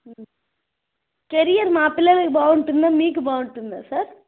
career మా పిల్లలకి బాగుంటుందా మీకు బాగుంటుందా సార్